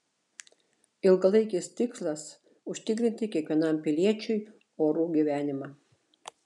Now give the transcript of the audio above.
ilgalaikis tikslas užtikrinti kiekvienam piliečiui orų gyvenimą